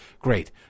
great